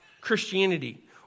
Christianity